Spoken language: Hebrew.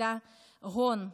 הון,